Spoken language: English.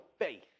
faith